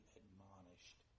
admonished